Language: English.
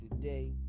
today